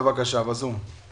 הוא ב-זום.